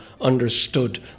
understood